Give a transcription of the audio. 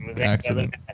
accident